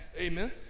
Amen